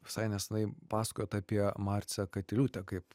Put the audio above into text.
visai nesenai pasakojot apie marcę katiliūtę kaip